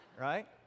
Right